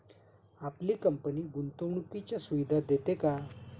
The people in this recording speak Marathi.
आपली कंपनी गुंतवणुकीच्या सुविधा देते का?